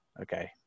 Okay